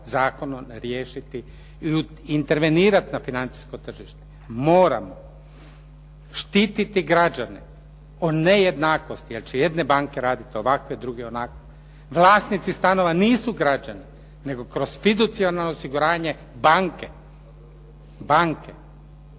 zakonom riješiti i intervenirati na financijsko tržište. Moramo. Štiti građane o nejednakosti jer će jedne banke raditi ovako, drugi onako. Vlasnici stanova nisu građani nego kroz ../Govornik se ne razumije./… banke, banke.